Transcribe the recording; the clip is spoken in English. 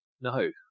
no